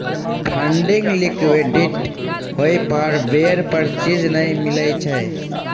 funding liquidity होइ पर बेर पर चीज नइ मिलइ छइ